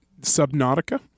Subnautica